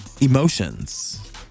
emotions